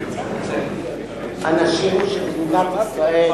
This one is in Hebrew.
שאנשים במדינת ישראל,